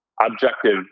objective